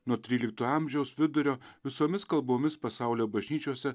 nuo trylikto amžiaus vidurio visomis kalbomis pasaulio bažnyčiose